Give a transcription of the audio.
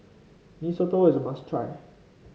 Mee Soto is a must try